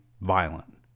violent